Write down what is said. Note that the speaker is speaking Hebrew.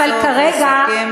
אוקיי.